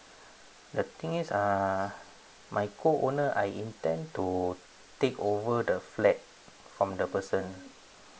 the thing is uh my co owner I intend to take over the flat from the person